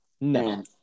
No